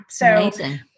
Amazing